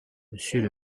monsieur